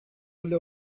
alde